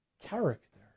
character